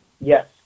Yes